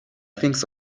thinks